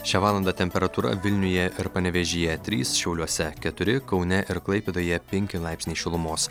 šią valandą temperatūra vilniuje ir panevėžyje trys šiauliuose keturi kaune ir klaipėdoje penki laipsniai šilumos